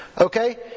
Okay